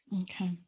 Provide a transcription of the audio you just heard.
okay